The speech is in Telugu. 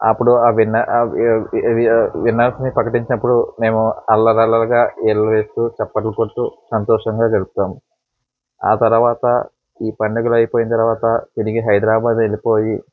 అప్పుడు ఆ విన్నర్స్ని ప్రకటించినప్పుడు మేము అల్లరి అల్లరిగా ఈలలు వేస్తు చప్పట్లు కొడుతు సంతోషంగా గడుపుతాం ఆ తరవాత ఈ పండుగలు అయిపోయిన తర్వాత తిరిగి హైదరాబాద్ వెళ్ళిపోయి